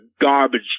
garbage